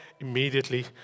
immediately